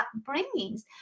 upbringings